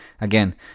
Again